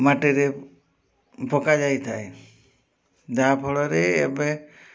ମାଟିରେ ପକାଯାଇଥାଏ ଯାହାଫଳରେ ଏବେ